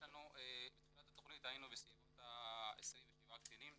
בתחילת התכנית היינו בסביבות ה-27 קצינים,